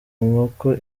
inkoko